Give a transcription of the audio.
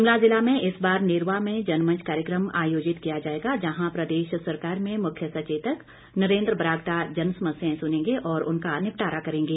शिमला जिला में इस बार नेरवा में जनमंच कार्यक्रम आयोजित किया जाएगा जहां प्रदेश सरकार में मुख्य सचेतक नरेन्द्र बरागटा जनसमस्यां सुनेंगे और उनका निपटारा करेंगे